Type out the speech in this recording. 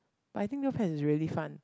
but I think Neopets is really fun